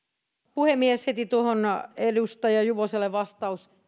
puhemies heti edustaja juvoselle vastaus